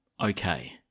Okay